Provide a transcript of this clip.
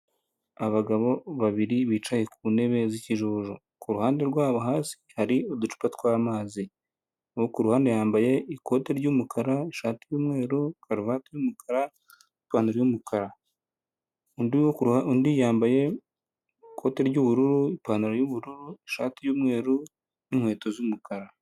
Abagabo babiri bicaye ku ntebe z'ikijuju, kuruhande rwabo hasi hari uducupa tw'amazi . Uwo kuruhande yambaye ikoti ry'umukara ,ishati y'umweru, karuvati'umukara ,ipantaro y'umukara. Undi yambaye ikoti ry'ubururu ,ipantaro y'ubururu, ishati y'umweru n'inkweto z'umukara.